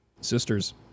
Sisters